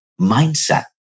mindset